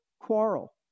quarrel